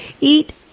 eat